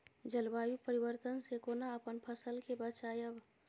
जलवायु परिवर्तन से कोना अपन फसल कै बचायब?